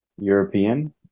European